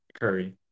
Curry